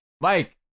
mike